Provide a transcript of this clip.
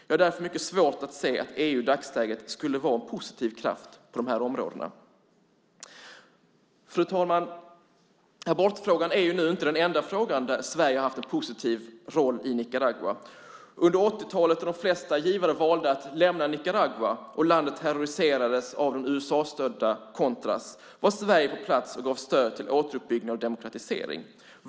Jag har därför mycket svårt att se att EU i dagsläget skulle vara en positiv kraft på de här områdena. Fru talman! Abortfrågan är ju inte det enda fråga där Sverige har haft en positiv roll i Nicaragua. Under 80-talet, då de flesta givare valde att lämna Nicaragua och landet terroriserades av de USA-stödda contras, var Sverige på plats och gav stöd åt återuppbyggnad och demokratisering.